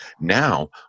Now